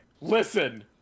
listen